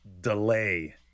delay